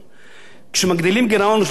כשמגדילים גירעון ל-3.5%,